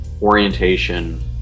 orientation